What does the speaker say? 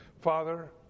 Father